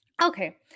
Okay